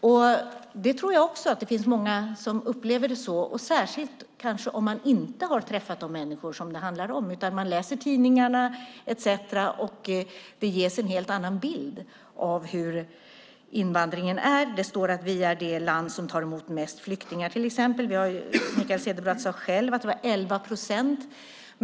Även jag tror att det finns många som upplever den så, särskilt om man inte träffat de människor det handlar om. Man läser tidningar etcetera där det ges en helt annan bild av invandringen. Det sägs till exempel att Sverige är det land som tar emot flest flyktingar. Mikael Cederbratt nämnde att det var 11 procent.